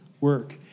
work